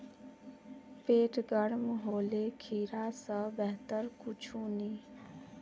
पेट गर्म होले खीरा स बेहतर कुछू नी